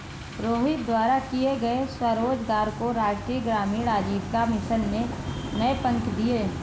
रोहित द्वारा किए गए स्वरोजगार को राष्ट्रीय ग्रामीण आजीविका मिशन ने नए पंख दिए